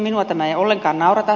minua tämä ei ollenkaan naurata